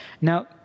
Now